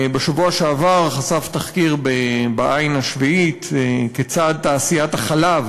בשבוע שעבר חשף תחקיר ב"העין השביעית" כיצד תעשיית החלב